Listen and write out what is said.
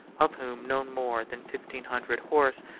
of whom no more than fifteen hundred horse,